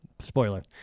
Spoiler